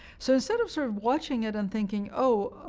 so instead of sort of watching it and thinking, oh,